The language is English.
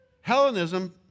Hellenism